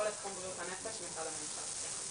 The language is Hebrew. או לתחום בריאות הנפש מצד המדינה".